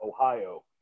Ohio